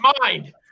mind